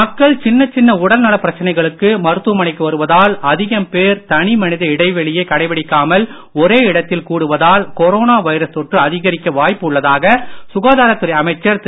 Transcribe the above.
மக்கள் சின்ன சின்ன உடல் நலப் பிரச்சனைகளுக்கு மருத்துவமனைக்கு வருவதால் அதிகம் பேர் தனிமனித இடைவெளியை கடைபிடிக்காமல் ஒரே இடத்தில் கூடுவதால் கொரோனா வைரஸ் தொற்று அதிகரிக்க வாய்ப்பு உள்ளதாக சுகாதாரத் துறை அமைச்சர் திரு